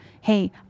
Hey